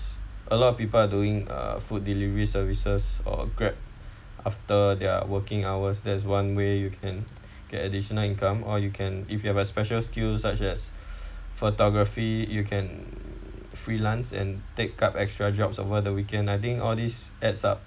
a lot of people doing uh food delivery services or Grab after their working hours there's one way you can get additional income or you can if you have a special skills such as photography you can freelance and take up extra jobs over the weekend I think all these adds up